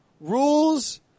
rules